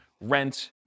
rent